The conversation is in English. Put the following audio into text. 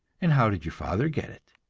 and how did your father get it?